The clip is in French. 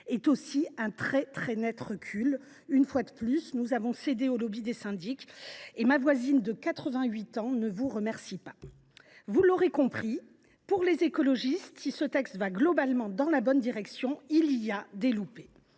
aussi un très net recul. Une fois de plus, nous avons cédé au lobby des syndics, et ma voisine de 88 ans ne vous remercie pas… Vous l’aurez compris, pour les écologistes, si ce texte va globalement dans la bonne direction, il reste des loupés.